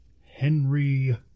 Henry